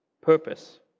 purpose